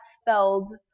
spelled